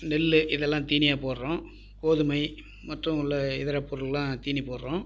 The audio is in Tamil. நெல் இதெல்லாம் தீனியாக போடுகிறோம் கோதுமை மற்றும் உள்ள இதர பொருள்லாம் தீனி போடுகிறோம்